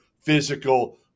physical